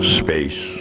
space